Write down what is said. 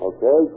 Okay